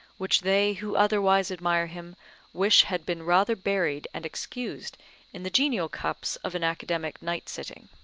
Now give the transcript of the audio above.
which they who otherwise admire him wish had been rather buried and excused in the genial cups of an academic night sitting.